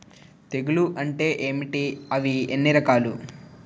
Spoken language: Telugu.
తెగులు అంటే ఏంటి అవి ఎన్ని రకాలు?